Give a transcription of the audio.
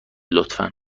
لطفا